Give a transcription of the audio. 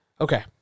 Okay